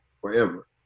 forever